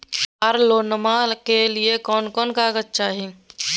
कार लोनमा के लिय कौन कौन कागज चाही?